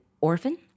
orphan